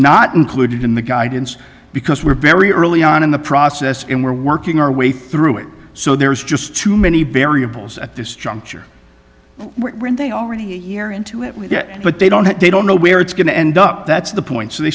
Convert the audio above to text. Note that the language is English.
not included in the guidance because we're very early on in the process and we're working our way through it so there is just too many variables at this juncture when they already a year into it but they don't have they don't know where it's going to end up that's the point so they